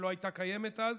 שלא הייתה קיימת אז.